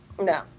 no